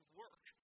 work